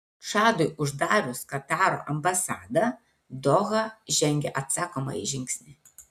čadui uždarius kataro ambasadą doha žengė atsakomąjį žingsnį